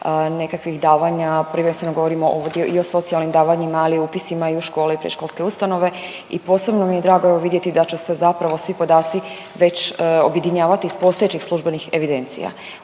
nekakvih davanja, prvenstveno govorimo ovdje i o socijalnim davanjima ali i upisima u škole i predškolske ustanove i posebno mi je drago evo vidjeti da će se zapravo svi podaci već objedinjavati iz postojećih službenih evidencija